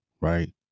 right